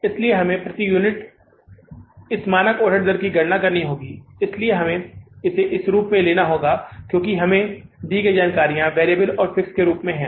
इसलिए हमें प्रति यूनिट इस मानक ओवरहेड दर की गणना करनी होगी इसलिए हमें इसे इस रूप में लेना होगा क्योंकि हमें दी गई यह जानकारी वेरिएबल और फिक्स्ड के रूप में है